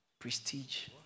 prestige